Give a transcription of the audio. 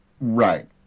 Right